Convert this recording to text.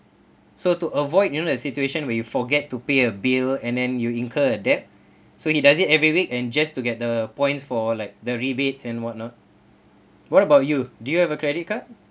so to avoid you know the situation when you forget to pay a bill and then you incur a debt so he does it every week and just to get the points for like the rebates and what not what about you do you have a credit card